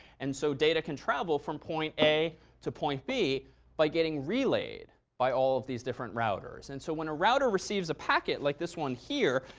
and so data can travel from point a to point b by getting relayed by all of these different routers. and so when a router receives a packet like this one here,